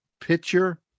pitcher